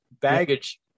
baggage